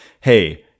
hey